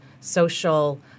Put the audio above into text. social